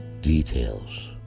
details